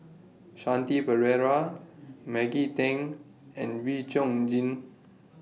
Shanti Pereira Maggie Teng and Wee Chong Jin